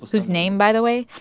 whose name, by the way,